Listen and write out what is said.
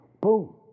Boom